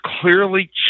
clearly